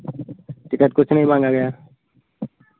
ticket कुछ नहीं माँगा गया